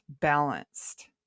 balanced